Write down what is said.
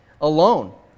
alone